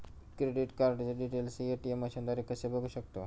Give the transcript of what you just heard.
Credit कार्डचे details ATM मशीनद्वारे कसे बघू शकतो?